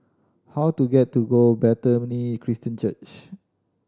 how do get to go Bethany Christian Church